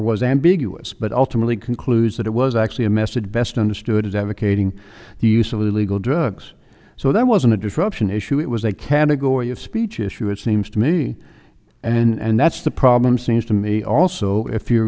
was ambiguous but ultimately concludes that it was actually a message best understood as advocating the use of illegal drugs so that wasn't a disruption issue it was a category of speech issue it seems to me and that's the problem seems to me also if you're